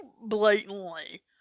blatantly